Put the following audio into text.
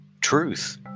truth